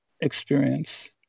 experience